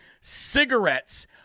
cigarettes